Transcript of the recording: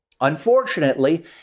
Unfortunately